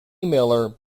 miller